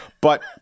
but-